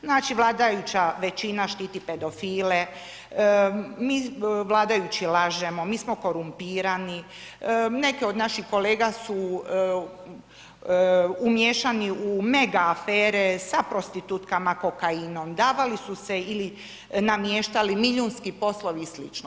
Znači vladajuća većina štiti pedofile, mi vladajući lažemo, mi smo korumpirani, neke od naših kolega su umiješani u mega afere sa prostitutkama, kokainom, davali su se ili namještali milijunski poslovi i slično.